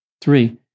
Three